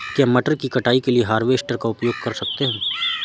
क्या मटर की कटाई के लिए हार्वेस्टर का उपयोग कर सकते हैं?